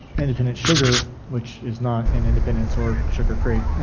independent sugar, which is not in independence or sugar creek.